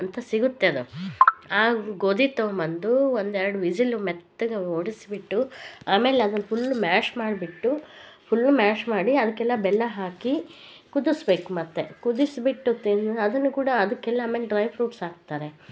ಅಂತ ಸಿಗುತ್ತೆ ಅದು ಆ ಗೋಧಿ ತಗೊಂಬಂದು ಒಂದೆರಡು ವಿಝಿಲ್ ಮೆತ್ತಗೆ ಹೊಡೆಸ್ಬಿಟ್ಟು ಆಮೇಲೆ ಅದನ್ನ ಫುಲ್ ಮ್ಯಾಶ್ ಮಾಡ್ಬಿಟ್ಟು ಫುಲ್ ಮ್ಯಾಶ್ ಮಾಡಿ ಅದಕ್ಕೆಲ್ಲ ಬೆಲ್ಲ ಹಾಕಿ ಕುದಿಸಬೇಕು ಮತ್ತು ಕುದಿಸ್ಬಿಟ್ಟು ತಿನ್ ಅದನ್ನೂ ಕೂಡಾ ಅದಕ್ಕೆಲ್ಲ ಡ್ರೈ ಫ್ರೂಟ್ಸ್ ಹಾಕ್ತಾರೆ